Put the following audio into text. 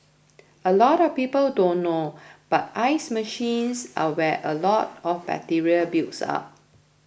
a lot of people don't know but ice machines are where a lot of bacteria builds up